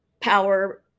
power